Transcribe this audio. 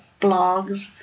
blogs